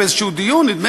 בדיון כלשהו,